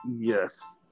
Yes